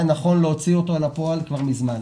היה נכון להוציא אותו לפועל כבר מזמן.